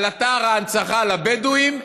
על אתר ההנצחה לבדואים,